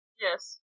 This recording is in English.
Yes